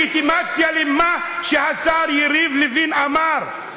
היא מתן לגיטימציה למה שהשר יריב לוין אמר.